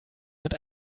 mit